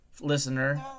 listener